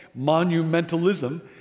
monumentalism